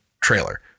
trailer